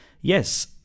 Yes